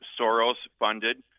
Soros-funded